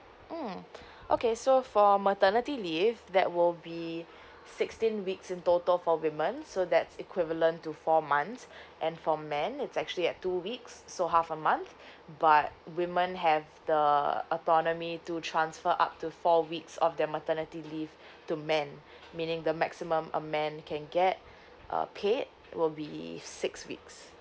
mm okay so for maternity leave that will be sixteen weeks in total for women so that's equivalent to four months and for men is actually at two weeks so half a month but women have the autonomy to transfer up to four weeks of their maternity leave to men meaning the maximum a man can get uh paid will be six weeks